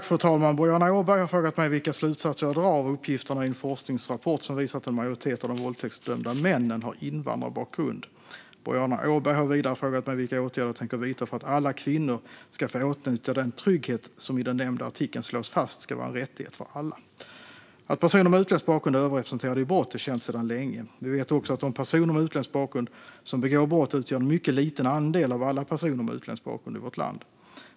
Fru talman! Boriana Åberg har frågat mig vilka slutsatser jag drar av uppgifterna i en forskningsrapport som visar att en majoritet av de våldtäktsdömda männen har invandrarbakgrund. Boriana Åberg har vidare frågat mig vilka åtgärder jag tänker vidta för att alla kvinnor ska få åtnjuta den trygghet som i den nämnda artikeln slås fast ska vara en rättighet för alla. Att personer med utländsk bakgrund är överrepresenterade i brott är känt sedan länge. Vi vet också att de personer med utländsk bakgrund som begår brott utgör en mycket liten andel av alla personer med utländsk bakgrund i vårt land.